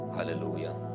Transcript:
hallelujah